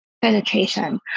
penetration